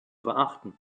beachten